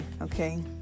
okay